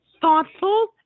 thoughtful